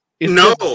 No